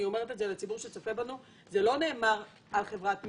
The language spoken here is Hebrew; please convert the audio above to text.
אני אומרת את זה לציבור שצופה בנו: זה לא נאמר על חברת מגדל,